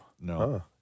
no